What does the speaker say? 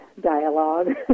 dialogue